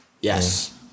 Yes